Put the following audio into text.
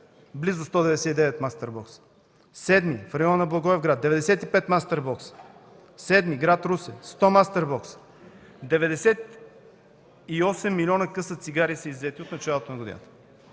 близо 199 мастербокса; - 7-и, в района на Благоевград – 95 мастербокса; - 7-и, град Русе – 100 мастербокса; - 28 млн. къса цигари са иззети от началото на годината.